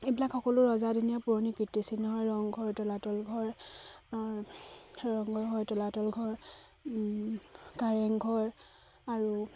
এইবিলাক সকলো ৰজাদিনীয়া পুৰণি কীৰ্তিচিহ্ন হয় ৰংঘৰ তলাতল ঘৰ ৰংঘৰ হয় তলাতল ঘৰ কাৰেংঘৰ আৰু